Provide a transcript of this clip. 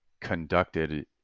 conducted